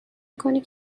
میکنی